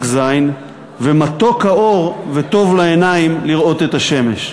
ז': "ומתוק האור וטוב לעינים לראות את השמש".